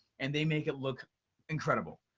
and they make it look incredible.